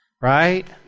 right